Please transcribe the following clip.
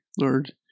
Lord